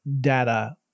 data